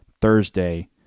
thursday